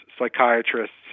psychiatrists